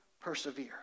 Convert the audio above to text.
persevere